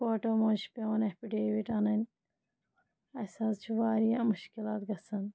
کوٹو منٛز چھِ پیٚوان ایفِڈیوِٹ اَنٕنۍ اَسہِ حظ چھِ واریاہ مُشکِلات گژھان